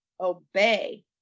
Obey